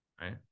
Right